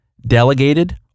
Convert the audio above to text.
Delegated